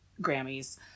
Grammys